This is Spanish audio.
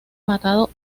matado